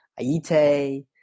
Aite